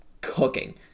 cooking